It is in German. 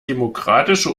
demokratische